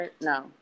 No